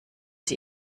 sie